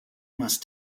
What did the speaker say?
must